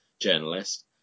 journalist